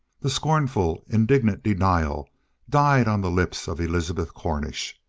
the scornful, indignant denial died on the lips of elizabeth cornish.